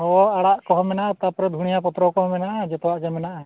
ᱦᱮᱸ ᱟᱲᱟᱜ ᱠᱚᱦᱚᱸ ᱢᱮᱱᱟᱜᱼᱟ ᱛᱟᱨᱯᱚᱨᱮ ᱫᱷᱩᱱᱤᱭᱟᱹ ᱯᱚᱛᱨᱚ ᱠᱚ ᱢᱮᱱᱟᱜᱼᱟ ᱡᱚᱛᱚᱣᱟᱜ ᱜᱮ ᱢᱮᱱᱟᱜᱼᱟ